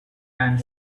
and